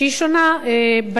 שהיא שונה בשיטה,